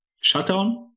shutdown